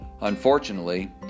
Unfortunately